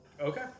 okay